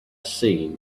seen